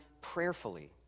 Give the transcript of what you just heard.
prayerfully